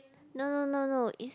no no no no is